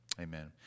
Amen